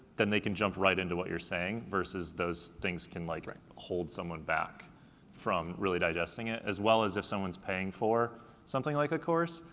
then they can jump right in to what you're saying, versus those things can like hold someone back from really digesting it, as well as if someone's paying for something like a course,